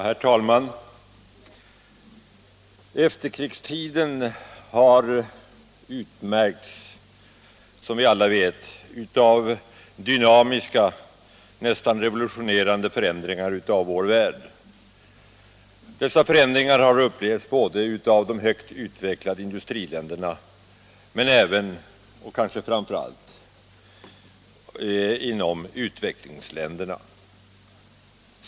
Herr talman! Efterkrigstiden har utmärkts av dynamiska, nästan revolutionerande förändringar av vår värld. Dessa förändringar har upplevts av de högt utvecklade industriländerna men även, och kanske framför allt, av utvecklingsländerna.